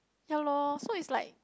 ya lor so it's like